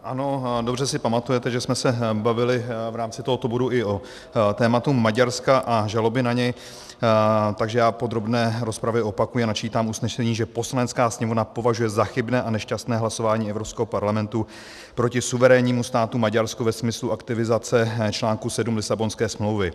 Ano, dobře si pamatujete, že jsme se bavili v rámci tohoto bodu i o tématu Maďarska a žaloby na něj, takže já v podrobné rozpravě opakuji a načítám usnesení, že Poslanecká sněmovna považuje za chybné a nešťastné hlasování Evropského parlamentu proti suverénnímu státu Maďarsko ve smyslu aktivizace článku 7 Lisabonské smlouvy.